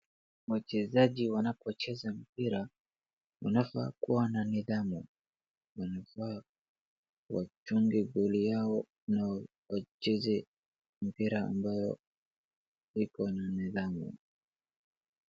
Wachezaji wanapocheza mpira, wanafaa kuwa na nidhamu. Wanafaa wachunge goli yao na wacheze mpira ambayo iko na nidhamu .